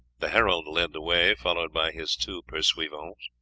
the herald led the way, followed by his two pursuivants.